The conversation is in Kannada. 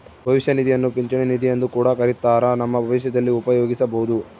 ಭವಿಷ್ಯ ನಿಧಿಯನ್ನ ಪಿಂಚಣಿ ನಿಧಿಯೆಂದು ಕೂಡ ಕರಿತ್ತಾರ, ನಮ್ಮ ಭವಿಷ್ಯದಲ್ಲಿ ಉಪಯೋಗಿಸಬೊದು